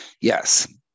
Yes